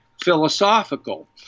philosophical